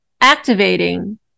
activating